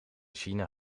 china